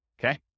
okay